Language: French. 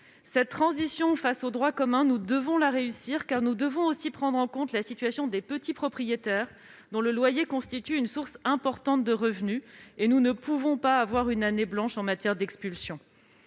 cette transition face au droit commun, car nous devons aussi prendre en compte la situation des petits propriétaires, dont le loyer constitue une source importante de revenu. Nous ne pouvons pas avoir une année blanche en matière d'expulsions.